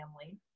family